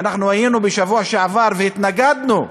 ואנחנו היינו בשבוע שעבר והתנגדנו,